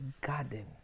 garden